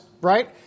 right